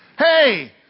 Hey